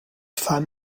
fans